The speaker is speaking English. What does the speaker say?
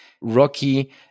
Rocky